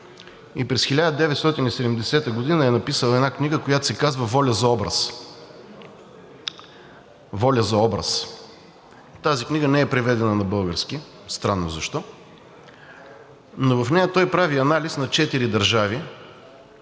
През 1970 г. е написал една книга, която се казва: „Воля за образ“. Тази книга не е преведена на български, странно защо? В нея той прави анализ на четири държави